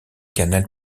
canal